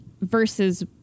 versus